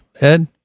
Ed